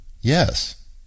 yes